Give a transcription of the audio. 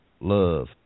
love